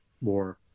more